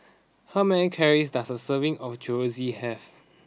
how many calories does a serving of Chorizo have